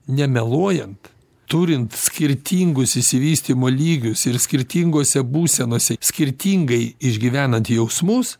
nemeluojant turint skirtingus išsivystymo lygius ir skirtingose būsenose skirtingai išgyvenant jausmus